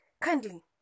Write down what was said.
Kindly